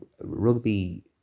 rugby